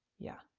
yeah,